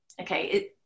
Okay